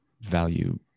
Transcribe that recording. value